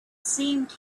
seemed